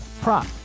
prop